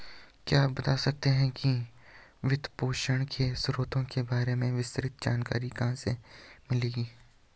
क्या आप बता सकते है कि वित्तपोषण के स्रोतों के बारे में विस्तृत जानकारी कहाँ से मिलेगी?